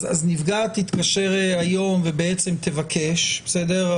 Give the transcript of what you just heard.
אז נפגעת תתקשר היום ובעצם תבקש, בסדר?